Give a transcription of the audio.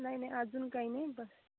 नाही नाही अजून काय नाही बस